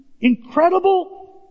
incredible